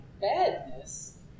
Badness